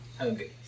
Okay